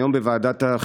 היום בוועדת החינוך,